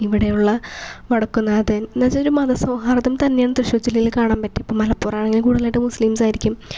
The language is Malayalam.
ഇവിടെ ഉള്ള വടക്കും നാഥൻ എന്ന് വെച്ചാൽ ഒരു മത സൗഹാർദ്ദം തന്നെയാണ് തൃശ്ശൂർ ജില്ലയിൽ കാണാൻ പറ്റും ഇപ്പം മലപ്പുറമായാലും കൂടുതലായിട്ട് മുസ്ലിംസ് ആയിരിക്കും